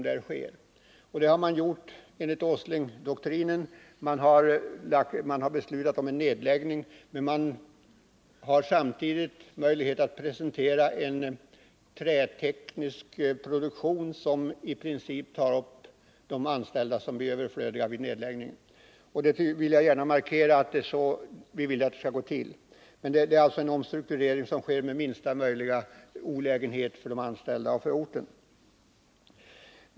Beslutet har fattats enligt Åslingdoktrinen, dvs. man har beslutat om en nedläggning och samtidigt presenterat en annan träteknisk produktion som i princip tar över de anställda som blir övertaliga vid nedläggningen av träfiberproduktionen. Jag vill gärna markera att det är så vi vill att en omstrukturering skall gå till — med minsta möjliga olägenheter för de anställda och för orten.